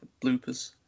bloopers